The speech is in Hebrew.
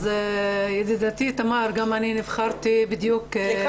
ידידתי תמר, גם אני נבחרתי בדיוק כמוך,